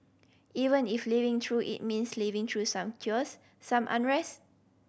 even if living through it means living through some chaos some unrest